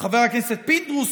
חבר הכנסת פינדרוס,